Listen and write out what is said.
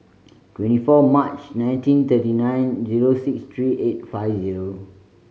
twenty four March nineteen thirty nine zero six three eight five zero